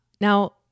Now